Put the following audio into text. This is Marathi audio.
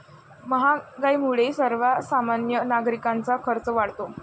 महागाईमुळे सर्वसामान्य नागरिकांचा खर्च वाढतो